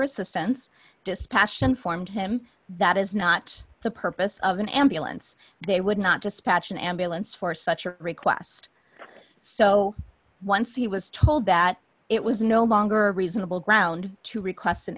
assistance dispassion informed him that is not the purpose of an ambulance they would not dispatch an ambulance for such a request so once he was told that it was no longer a reasonable ground to request an